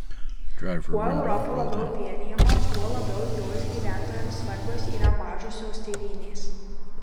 kuo europa labiau vienijama tuo labiau jos gyventojams svarbios yra mažosios tėvynės